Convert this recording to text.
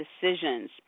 decisions